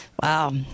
Wow